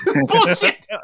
Bullshit